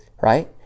right